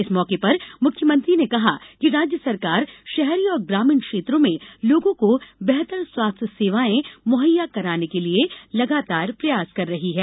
इस मौके पर मुख्यमंत्री ने कहा कि राज्य सरकार शहरी और ग्रामीण क्षेत्रों में लोगों को बेहतर स्वास्थ्य सेवाएं मुहैया कराने के लिए लगातार प्रयास कर रही है